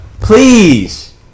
Please